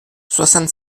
soixante